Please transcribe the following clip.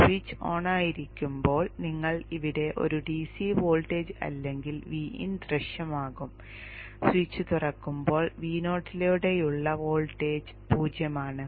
switch ഓണായിരിക്കുമ്പോൾ നിങ്ങൾക്ക് ഇവിടെ ഒരു DC വോൾട്ടേജ് അല്ലെങ്കിൽ Vin ദൃശ്യമാകും സ്വിച്ച് തുറക്കുമ്പോൾ Vo യിലുടനീളമുള്ള വോൾട്ടേജ് 0 ആണ്